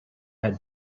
had